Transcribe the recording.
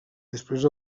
després